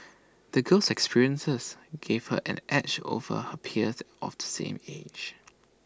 the girl's experiences gave her an edge over her peers of the same age